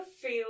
feel